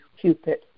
Cupid